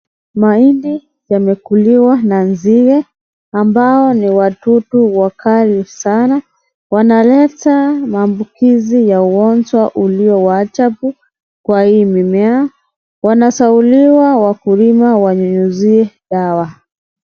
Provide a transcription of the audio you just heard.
Mahindi yamekuliwa na nzige ambao ni wadudud wakali sana , wanaleta maambukizi ya ugonjwa ulio wa ajabu kwa hii mimea. Wanashauriwa wakulima wanyunyuzie dawa.